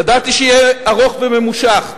ידעתי שיהיה ארוך וממושך.